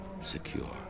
secure